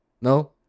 No